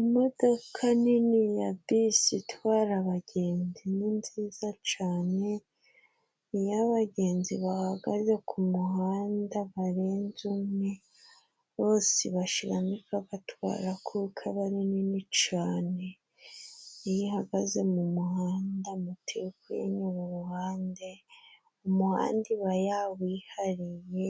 Imodoka nini ya bisi itwara abagenzi ni nziza cane. Iyo abagenzi bahagaze ku muhanda barenze umwe, bose ibashiramo ikabatwara, kuko aba ari nini cane. Iyo ihagaze mu muhanda moto iri kuyinyura iruhande, umuhanda iba yawihariye